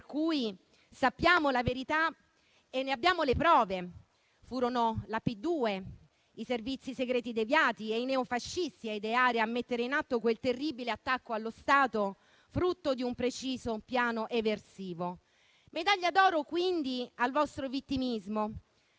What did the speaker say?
per cui sappiamo la verità e ne abbiamo le prove: furono la P2, i servizi segreti deviati e i neofascisti a ideare e a mettere in atto quel terribile attacco allo Stato, frutto di un preciso piano eversivo. Medaglia d'oro, quindi, al vostro vittimismo,